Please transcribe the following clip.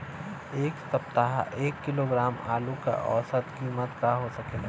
एह सप्ताह एक किलोग्राम आलू क औसत कीमत का हो सकेला?